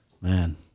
Man